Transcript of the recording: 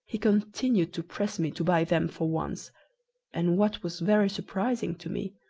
he continued to press me to buy them for once and, what was very surprising to me,